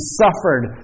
suffered